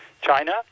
China